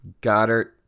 Goddard